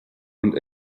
und